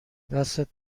دستت